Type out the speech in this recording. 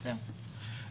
כן.